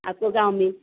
आपको गाँव में